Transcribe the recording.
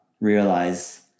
realize